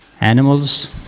Animals